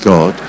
God